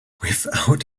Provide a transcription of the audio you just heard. without